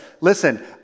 listen